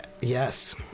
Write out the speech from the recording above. Yes